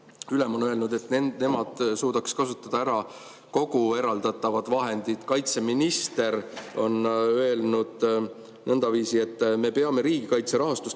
ülem on öelnud, et nemad suudaks kasutada ära kogu eraldatavad vahendid. Kaitseminister on öelnud nõndaviisi: "Me peame riigikaitse rahastust